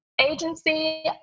agency